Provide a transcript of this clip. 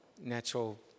natural